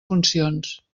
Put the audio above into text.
funcions